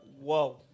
Whoa